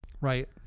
Right